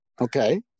Okay